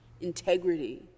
integrity